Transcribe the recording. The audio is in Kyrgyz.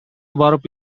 барып